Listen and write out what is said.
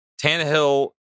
Tannehill